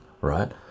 right